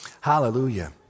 hallelujah